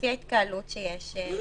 לפי ההתקהלות שיש,